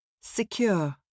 Secure